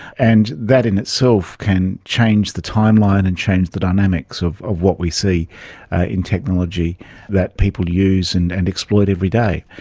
and that in itself can change the timeline and change the dynamics of of what we see in technology that people use and and exploit every day.